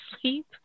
sleep